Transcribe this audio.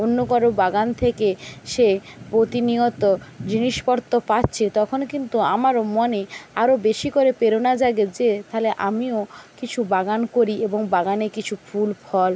অন্য কারো বাগান থেকে সে প্রতিনিয়ত জিনিসপত্র পাচ্ছে তখন কিন্তু আমারও মনে আরও বেশি করে প্রেরণা জাগে যে তাহলে আমিও কিছু বাগান করি এবং বাগানে কিছু ফুল ফল